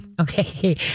Okay